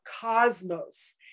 cosmos